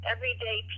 Everyday